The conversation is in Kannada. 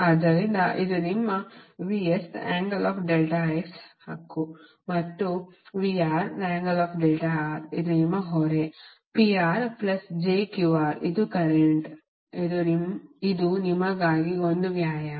ಆದ್ದರಿಂದ ಇದು ನಿಮ್ಮ ಹಕ್ಕು ಮತ್ತು ಇದು ನಿಮ್ಮ ಹೊರೆ ಇದು ಕರೆಂಟ್ ಇದು ನಿಮಗಾಗಿ ಒಂದು ವ್ಯಾಯಾಮ